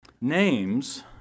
Names